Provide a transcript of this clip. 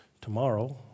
Tomorrow